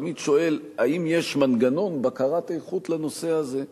תמיד שואל אם יש מנגנון בקרת איכות בנושא הזה,